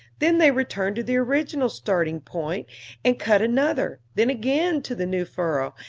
then they returned to the original starting-point and cut another, then again to the new furrow,